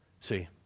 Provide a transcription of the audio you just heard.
See